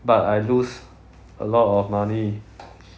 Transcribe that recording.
but I lose a lot of money